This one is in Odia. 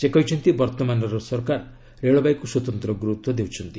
ସେ କହିଛନ୍ତି ବର୍ତ୍ତମାନର ସରକାର ରେଳବାଇକୁ ସ୍ୱତନ୍ତ୍ର ଗୁରୁତ୍ୱ ଦେଉଛନ୍ତି